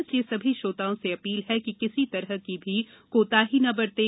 इसलिए सभी श्रोताओं से अपील है कि किसी भी तरह की कोताही न बरतें